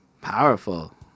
powerful